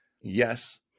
Yes